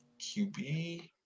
QB